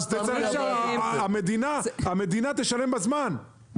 המדינה תשלם בזמן.